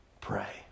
Pray